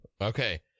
Okay